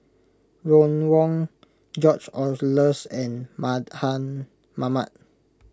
Ron Wong George Oehlers and Mardan Mamat